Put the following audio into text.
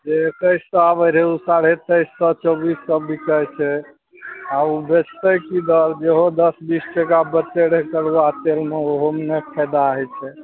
जे एकैस सओ आबय रहय उ साढ़े तैइस सओ चौबीस सओ बिकाइ छै आओर उ बेचतय की दर जेहो दस बीस टाका बेचय रहय करुआ तेलमे ओहोमे नहि फायदा हइ छै